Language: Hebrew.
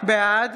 בעד